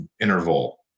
interval